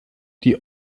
die